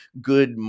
good